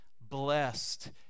blessed